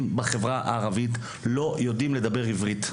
בחברה הערבית לא יודעים לדבר עברית.